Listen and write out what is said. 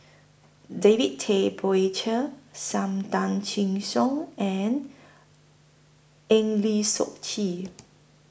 David Tay Poey Cher SAM Tan Chin Siong and Eng Lee Seok Chee